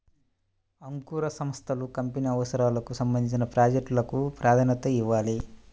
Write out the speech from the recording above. అంకుర సంస్థలు కంపెనీ అవసరాలకు సంబంధించిన ప్రాజెక్ట్ లకు ప్రాధాన్యతనివ్వాలి